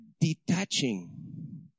detaching